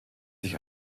sich